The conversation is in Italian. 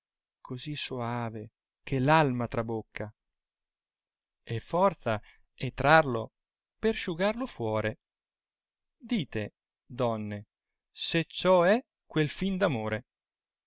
cosi soave che l'alma trabocca e forza è trarlo per sciugarlo fuore dite donne se ciò e quel fin